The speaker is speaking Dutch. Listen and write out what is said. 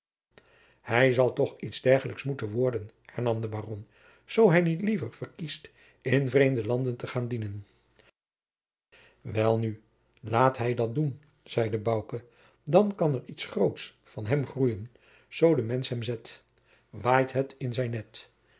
hij zal toch iets dergelijks moeten worden hernam de baron zoo hij niet liever verkiest in vreemde landen te gaan dienen welnu laat hij dat doen zeide bouke dan kan er iets groots van hem groeien zoo de mensch hem zet waait het in zijn net